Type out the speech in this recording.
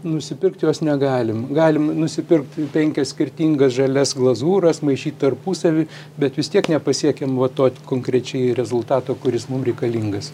nusipirkt jos negalim galim nusipirkt penkias skirtingas žalias glazūras maišyt tarpusavy bet vis tiek nepasiekiam va to konkrečiai rezultato kuris mum reikalingas